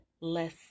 less